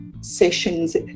sessions